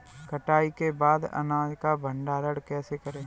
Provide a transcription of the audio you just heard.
कटाई के बाद अनाज का भंडारण कैसे करें?